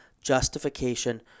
justification